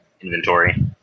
inventory